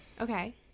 Okay